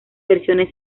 versiones